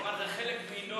הוא אמר: זה חלק מינורי.